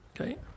Okay